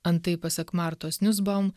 antai pasak martos niusbaum